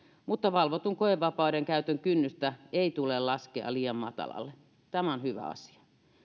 mutta valvotun koevapauden käytön kynnystä ei tule laskea liian matalalle tämä on hyvä asia